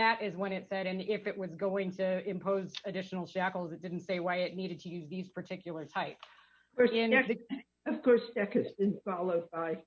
that is when it that and if it were going to impose additional shackles it didn't say why it needed to use these particular type of course